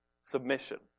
submission